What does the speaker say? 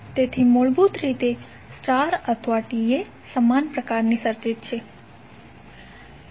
તેથી મૂળભૂત રીતે સ્ટાર અથવા T એ સમાન પ્રકારની સર્કિટ છે